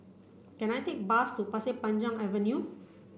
can I take a bus to Pasir Panjang Avenue